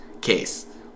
case